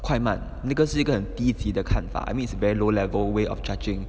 快慢那是一个很低级的看法 I mean it's very low level way of judging